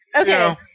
Okay